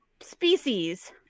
species